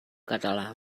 català